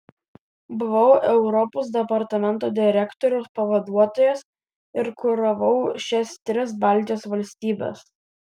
buvau europos departamento direktoriaus pavaduotojas ir kuravau šias tris baltijos valstybes